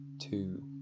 two